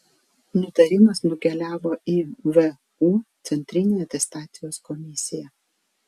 nutarimas nukeliavo į vu centrinę atestacijos komisiją